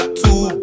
two